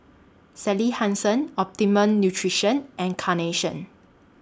Sally Hansen Optimum Nutrition and Carnation